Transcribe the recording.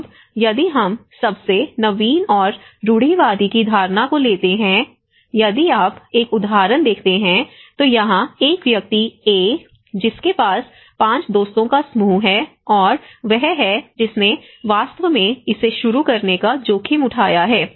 अब यदि हम सबसे नवीन और रूढ़िवादी की धारणा को लेते हैं यदि आप अब एक उदाहरण देखते हैं तो यहां एक व्यक्ति ए जिसके पास 5 दोस्तों का समूह है और वह है जिसने वास्तव में इसे शुरू करने का जोखिम उठाया है